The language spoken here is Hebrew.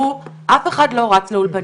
אף אחד לא רץ לאולפנים.